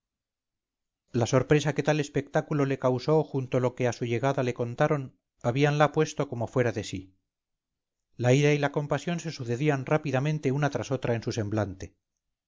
la sorpresa que tal espectáculo le causó junto con lo que a su llegada le contaron habíanla puesto como fuera de sí la ira y la compasión se sucedían rápidamente una tras otra en su semblante